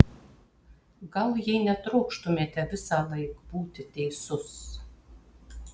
gal jei netrokštumėte visąlaik būti teisus